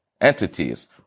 entities